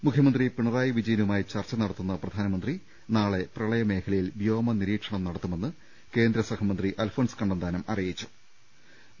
മുഖ്യമന്ത്രി പിണ റായി വിജയനുമായി ചർച്ച നടത്തുന്ന പ്രധാനമന്ത്രി നാളെ പ്രള യമേഖലയിൽ വ്യോമ നിരീക്ഷണം നടത്തുമെന്ന് കേന്ദ്രസഹ മന്ത്രി അൽഫോൺസ് കണ്ണന്താനം തിരുവനന്തപുരത്ത് അറിയി ച്ചു